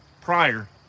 prior